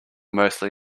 mostly